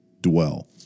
dwell